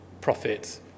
profit